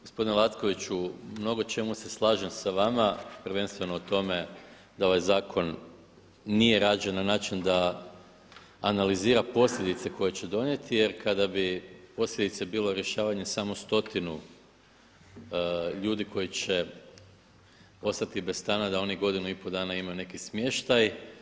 Gospodine Lackoviću u mnogo čemu se slažem sa vama prvenstveno u tome da ovaj zakon nije rađen na način da analizira posljedice koje će donijeti jer jer kada bi posljedice bile rješavanje samo stotinu ljudi koji će ostati bez stana da oni godinu i pol dana imaju neki smještaj.